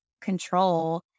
control